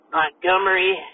Montgomery